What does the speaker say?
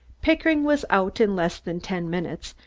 pickering was out in less than ten minutes,